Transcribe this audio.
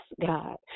God